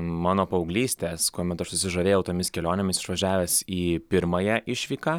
mano paauglystės kuomet aš susižavėjau tomis kelionėmis išvažiavęs į pirmąją išvyką